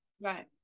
Right